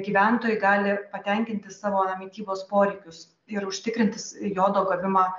gyventojai gali patenkinti savo mitybos poreikius ir užtikrinti jodo gavimą